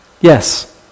Yes